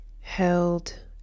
Held